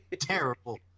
terrible